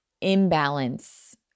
imbalance